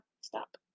stop